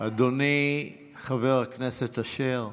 אדוני חבר הכנסת אשר.